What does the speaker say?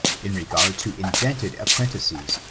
in regard to indented apprentices,